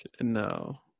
No